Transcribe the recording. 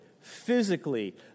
physically